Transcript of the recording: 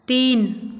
तिन